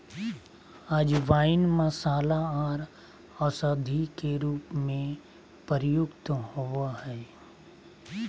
अजवाइन मसाला आर औषधि के रूप में प्रयुक्त होबय हइ